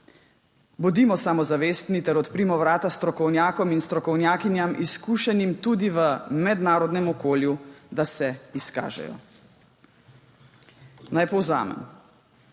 Bodimo samozavestni ter odprimo vrata strokovnjakom in strokovnjakinjam, izkušenim tudi v mednarodnem okolju, da se izkažejo. Naj povzamem.